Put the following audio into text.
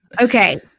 Okay